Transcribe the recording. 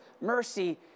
mercy